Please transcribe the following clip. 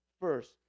first